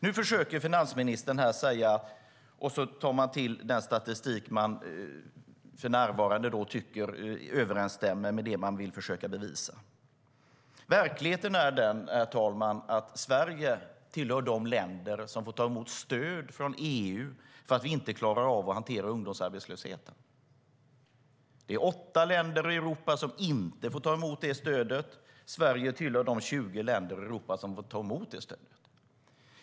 Nu tar finansministern till den statistik som han för närvarande tycker överensstämmer med det han vill försöka bevisa. Verkligheten är den, herr talman, att Sverige tillhör de länder som får ta emot stöd från EU för att vi inte klarar av att hantera ungdomsarbetslösheten. Det är åtta länder i Europa som inte får ta emot det stödet. Sverige tillhör de 20 länder i Europa som får ta emot stödet.